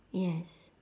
yes